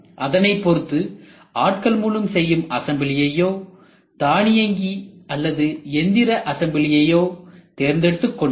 அதனை பொறுத்து ஆட்கள் மூலம் செய்யும் அசம்பிளியையோ தானியங்கி அல்லது எந்திர அசம்பிளியையோ தேர்ந்தெடுத்துக் கொள்ளலாம்